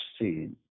seen